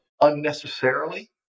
unnecessarily